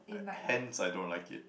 hence I don't like it